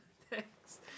Thanks